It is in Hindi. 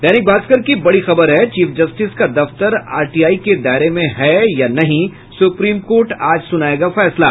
दैनिक भास्कर की बड़ी खबर है चीफ जस्टिस का दफ्तर आरटीआई के दायरे में है या नहीं सुप्रीम कोर्ट आज सुनायेगा फैसला